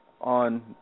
on